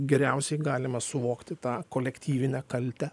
geriausiai galima suvokti tą kolektyvinę kaltę